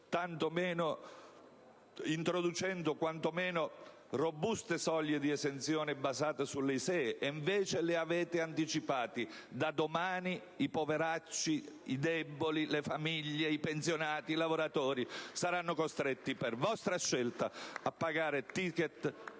introducendo, quanto meno, robuste soglie di esenzione basate sull'ISEE, e invece le avete anticipate. Da domani i poveracci, i deboli, le famiglie, i pensionati, i lavoratori saranno costretti, per vostra scelta, a pagare *ticket*